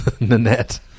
Nanette